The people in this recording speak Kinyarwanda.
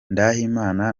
ndahimana